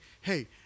hey